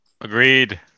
agreed